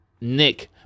Nick